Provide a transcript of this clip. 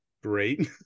Great